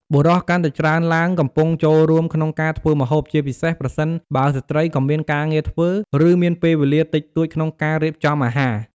បុរសកាន់តែច្រើនឡើងកំពុងចូលរួមក្នុងការធ្វើម្ហូប ជាពិសេសប្រសិនបើស្ត្រីក៏មានការងារធ្វើ ឬមានពេលវេលាតិចតួចក្នុងការរៀបចំអាហារ។